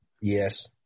Yes